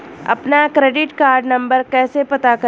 अपना credit card number कैसे पता करें?